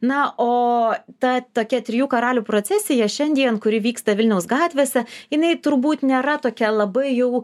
na o ta tokia trijų karalių procesija šiandien kuri vyksta vilniaus gatvėse jinai turbūt nėra tokia labai jau